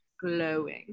glowing